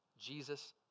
Jesus